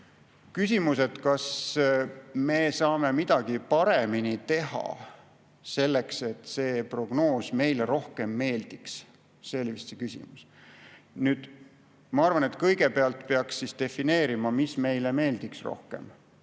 analüüs. Kas me saame midagi paremini teha selleks, et see prognoos meile rohkem meeldiks? See oli vist see küsimus. Ma arvan, et kõigepealt peaks defineerima, mis meile rohkem